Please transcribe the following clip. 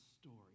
story